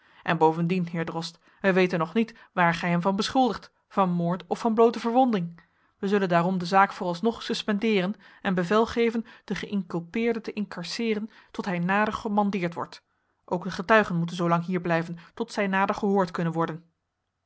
en bovendien heer drost wij weten nog niet waar gij hem van beschuldigt van moord of van bloote verwonding wij zullen daarom de zaak voor alsnog suspendeeren en bevel geven den geïnculpeerde te incarcereeren tot hij nader gemandeerd wordt ook de getuigen moeten zoo lang hier blijven tot zij nader gehoord kunnen worden